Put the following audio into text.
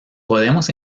podemos